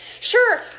sure